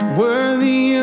worthy